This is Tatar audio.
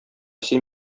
син